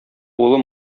улы